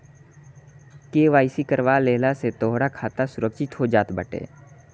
KYC करवा लेहला से तोहार खाता सुरक्षित हो जात बाटे